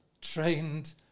trained